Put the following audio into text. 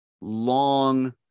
long